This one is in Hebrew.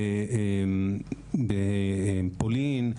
פולין,